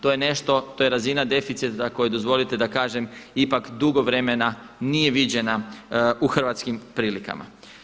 To je nešto, to je razina deficita, ako mi dozvolite da kažem, ipak dugo vremena nije viđena u Hrvatskim prilikama.